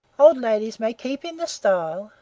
old ladies may keep in the style,